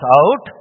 out